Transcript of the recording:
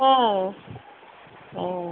ହଁ ହଁ